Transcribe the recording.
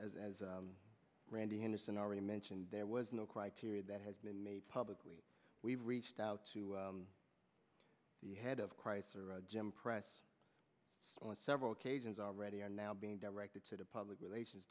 as randy anderson already mentioned there was no criteria that has been made publicly we reached out to the head of christ jim press on several occasions already are now being directed to the public relations